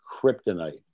kryptonite